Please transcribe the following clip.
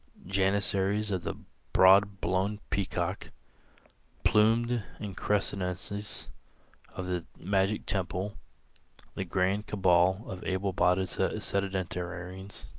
jannissaries of the broad-blown peacock plumed increscencies of the magic temple the grand cabal of able-bodied sedentarians